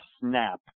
snap